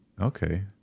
Okay